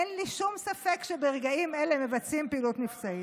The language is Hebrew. אין לי שום ספק שברגעים אלה מבצעים פעילות מבצעית.